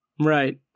right